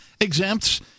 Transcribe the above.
exempts